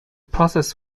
process